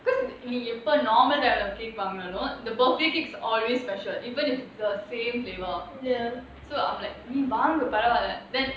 because இனி எப்போ:ini eppo normal வாங்கணும்:vanganum the birthday cake's always special even if it's the same flavour so I'm like நீ வாங்கு பரவால்ல:nee vaangu paravaala then